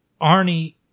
Arnie